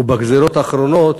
ובגזירות האחרונות